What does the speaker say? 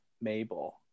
mabel